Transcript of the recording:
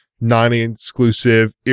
non-exclusive